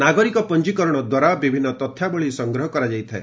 ନାଗରିକ ପଞ୍ଜିକରଣ ଦ୍ୱାରା ବିଭିନ୍ନ ତଥ୍ୟ ସଂଗ୍ରହ କରାଯାଇଥାଏ